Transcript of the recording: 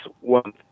one